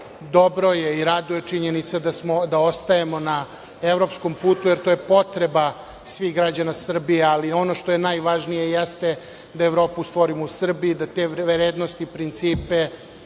dobro je i raduje činjenica da ostajemo na evropskom putu, jer to je potreba svih građana Srbije, ali ono što je najvažnije jeste da Evropu stvorimo u Srbiji i da te vrednosti i principe